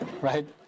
Right